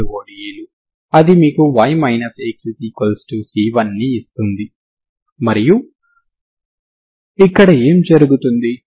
string ఇచ్చినప్పుడు మీరు సరిహద్దు తో దానిని అనుసంధానించండి మరియు దానిని మీరు స్వేచ్ఛగా వదిలివేయండి అంటే ux0t0 అవుతుంది అంటే ∂u ∂x|0